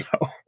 No